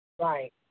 Right